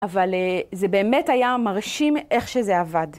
אבל זה באמת היה מרשים איך שזה עבד.